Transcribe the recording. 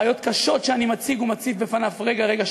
בעיות קשות שאני מציג ומציף בפניו רגע-רגע,